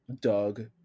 Doug